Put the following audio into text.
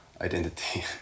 identity